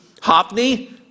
Hopney